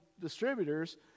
distributors